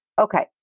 Okay